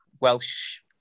Welsh